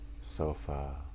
sofa